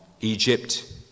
Egypt